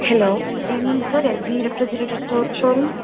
hello good evening sir LG refrigerator டோ show room